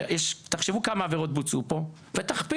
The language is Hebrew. תחשבו כמה עבירות בוצעו פה ותכפילו.